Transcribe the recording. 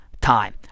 time